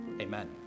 amen